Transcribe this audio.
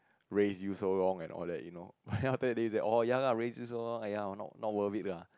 raise you so long and all that you know then after that they say oh ya lah raise you so long aiya not worth it lah